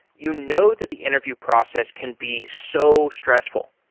you know that the interview process can be so stressful.